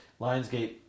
Lionsgate